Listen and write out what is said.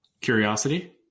curiosity